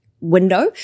window